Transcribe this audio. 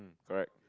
correct